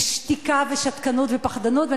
זה שתיקה ושתקנות ופחדנות,